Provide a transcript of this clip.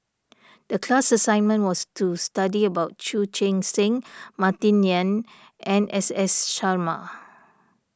the class assignment was to study about Chu Chee Seng Martin Yan and S S Sarma